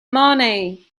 money